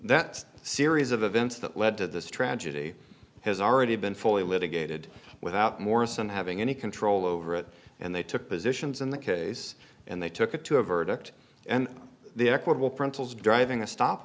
that series of events that led to this tragedy has already been fully litigated without morrison having any control over it and they took positions in the case and they took it to a verdict and the equitable frontals driving a stop